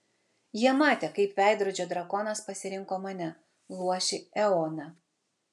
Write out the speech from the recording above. jie matė kaip veidrodžio drakonas pasirinko mane luošį eoną